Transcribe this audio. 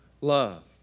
love